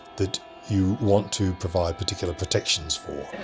that you want to provide particular protections for.